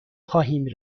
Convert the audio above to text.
خواهیم